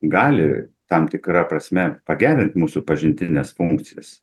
gali tam tikra prasme pagerint mūsų pažintines funkcijas